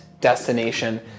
destination